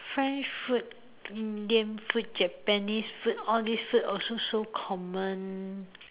French food Indian food Japanese food all these food also so common